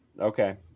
Okay